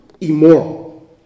immoral